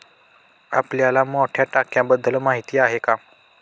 आपल्याला मोठ्या टाक्यांबद्दल माहिती आहे का?